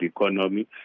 economy